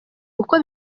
uko